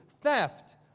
theft